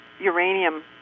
uranium